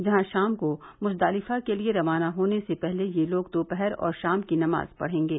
जहां शाम को मुजदालिफा के लिए रवाना होने से पहले ये लोग दोपहर और शाम की नमाज पढ़ेंगे